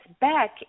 back